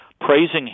praising